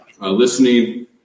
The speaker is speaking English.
listening